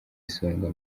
isonga